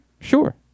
Sure